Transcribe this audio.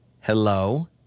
Hello